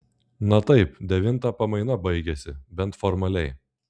na taip devintą pamaina baigiasi bent formaliai